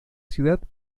ciudad